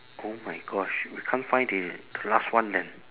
oh my gosh we can't find the the last one then